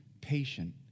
patient